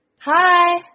Hi